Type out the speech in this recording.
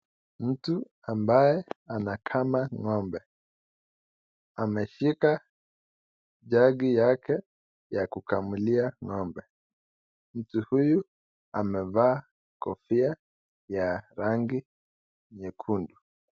Mtu ambaye anakama ng'ombe, ameshika jagi yake ya kukamulia ng'ombe. Mtu huyu amevaa kofia ya rangi nyekundu.